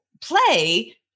play